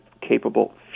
capable